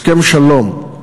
הסכם שלום.